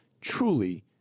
truly